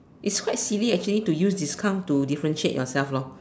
it's quite silly actually to use discount to differentiate yourself lor